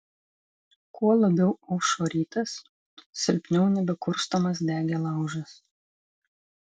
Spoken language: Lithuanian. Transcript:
kuo labiau aušo rytas tuo silpniau nebekurstomas degė laužas